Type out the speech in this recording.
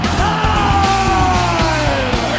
time